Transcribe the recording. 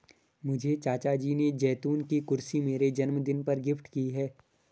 मुझे चाचा जी ने जैतून की कुर्सी मेरे जन्मदिन पर गिफ्ट की है